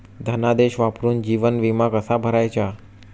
धनादेश वापरून जीवन विमा कसा भरायचा?